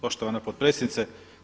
Poštovana potpredsjednice!